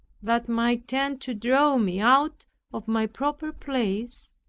that might tend to draw me out of my proper place,